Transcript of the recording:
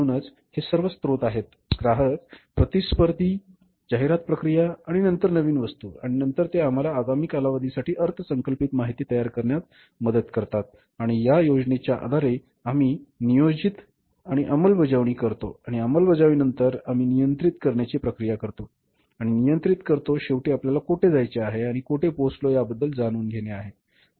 म्हणूनच हे सर्व स्त्रोत आहेत ग्राहक प्रतिस्पर्धी जाहिरात प्रक्रिया आणि नंतर नवीन वस्तू आणि नंतर ते आम्हाला आगामी कालावधीसाठी अर्थसंकल्पित माहिती तयार करण्यात मदत करतात आणि त्या योजनेच्या आधारे आम्ही नियोजित आधारे आम्ही अंमलबजावणीसाठी जातो आणि अंमलबजावणीनंतर आम्ही नियंत्रित करण्याची प्रक्रिया करतो आणि नियंत्रित करतो शेवटी आपल्याला कोठे जायचे आहे आणि कोठे पोहोचलो याबद्दल जाणून घेणे आहे